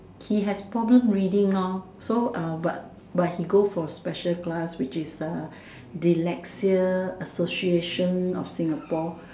he has problem reading so but but he go for special class which is dyslexia association of Singapore